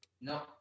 No